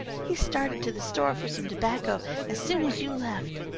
he started to the store for some tobacco as soon as you left.